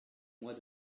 mois